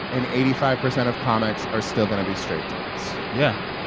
and eighty five percent of comics are still going to be straight dudes yeah.